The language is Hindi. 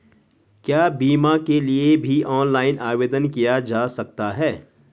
क्या बीमा के लिए भी ऑनलाइन आवेदन किया जा सकता है?